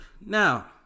Now